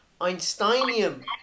Einsteinium